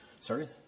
Sorry